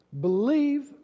believe